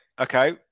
okay